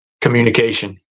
communication